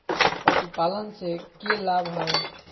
पशुपालन से के लाभ हय?